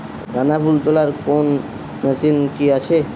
গাঁদাফুল তোলার কোন মেশিন কি আছে?